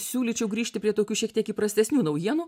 siūlyčiau grįžti prie tokių šiek tiek įprastesnių naujienų